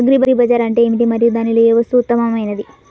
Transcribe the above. Agri బజార్ అంటే ఏమిటి మరియు దానిలో ఏ వస్తువు ఉత్తమమైనది?